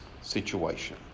situation